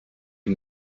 die